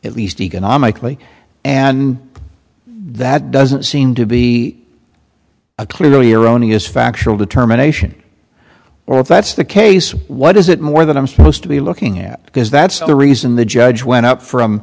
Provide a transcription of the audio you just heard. at least economically and that doesn't seem to be a clearly erroneous factual determination or if that's the case what is it more that i'm supposed to be looking at because that's the reason the judge went out from